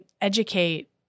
educate